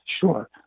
Sure